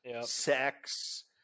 sex